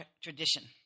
tradition